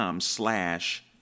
slash